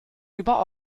über